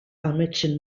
ametsen